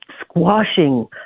squashing